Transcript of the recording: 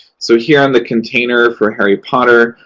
so, here on the container for harry potter,